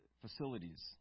facilities